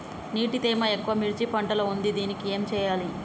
నీటి తేమ ఎక్కువ మిర్చి పంట లో ఉంది దీనికి ఏం చేయాలి?